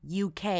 UK